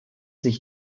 sich